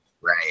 Right